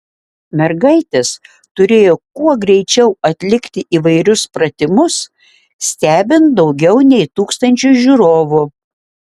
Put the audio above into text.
mergaitės turėjo kuo greičiau atlikti įvairius pratimus stebint daugiau nei tūkstančiui žiūrovų